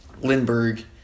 Lindbergh